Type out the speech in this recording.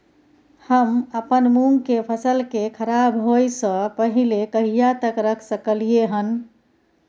हम अपन मूंग के फसल के खराब होय स पहिले कहिया तक रख सकलिए हन?